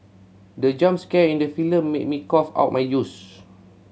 the jump scare in the film made me cough out my juice